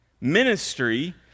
Ministry